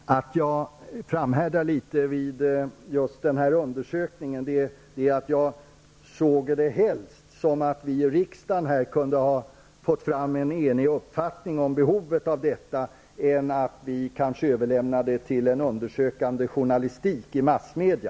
Herr talman! Att jag framhärdar litet när det gäller just den här undersökningen beror på att jag hellre såg att vi här i riksdagen kunde få fram en enig uppfattning om behovet av denna, än att vi kanske överlämnar i granskningen till undersökande journalistik i massmedia.